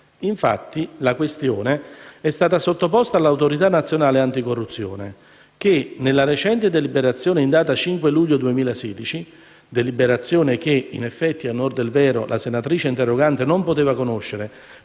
Infatti, la questione è stata sottoposta all'Autorità nazionale anticorruzione che, nella recente deliberazione in data 5 luglio 2016 (deliberazione che, in effetti, la senatrice interrogante non poteva conoscere,